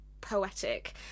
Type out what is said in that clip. poetic